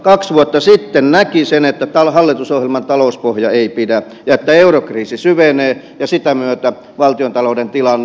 kaksi vuotta sitten näki sen että hallitusohjelman talouspohja ei pidä ja että eurokriisi syvenee ja sen myötä valtiontalouden tilanne